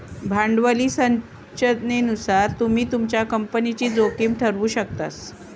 भांडवली संरचनेनुसार तुम्ही तुमच्या कंपनीची जोखीम ठरवु शकतास